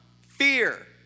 Fear